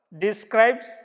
describes